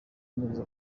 neza